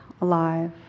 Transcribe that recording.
alive